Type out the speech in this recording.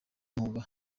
mwuga